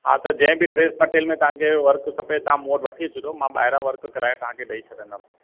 हा त जंहिं बि ड्रेस मटरियल में तव्हांखे वर्क खपे तव्हां मूं वटि वठी अचिजो मां ॿाहिरां वर्क कराए तव्हांखे ॾेई छॾंदमि